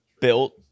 built